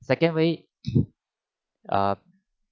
second way uh